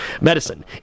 medicine